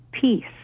peace